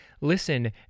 listen